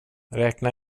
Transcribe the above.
räkna